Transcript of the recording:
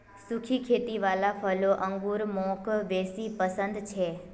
सुखी खेती वाला फलों अंगूर मौक बेसी पसन्द छे